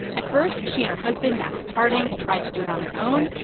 at first, she and her husband, matthew harding, tried to do it on their own.